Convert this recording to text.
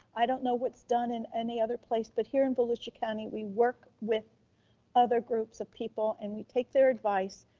i don't know what's done in any other place, but here in volusia county, we work with other groups of people and we take their advice,